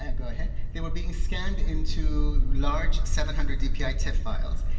and go ahead. they were being scanned into large seven hundred dpi tif files.